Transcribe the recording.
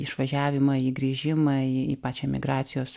išvažiavimą į grįžimą į pačią migracijos